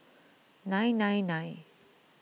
nine nine nine